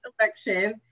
election